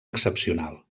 excepcional